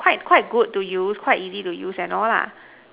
quite quite good to use quite easy to use and all lah